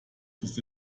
ist